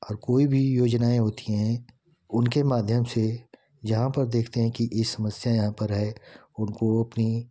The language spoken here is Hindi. और कोई भी योजनाएँ होती हैं उनके माध्यम से यहाँ पर देखते हैं कि ए समस्या यहाँ पर है उनको अपनी